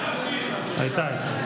לא הייתה קריאה ראשונה.